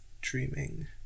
dreaming